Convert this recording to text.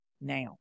now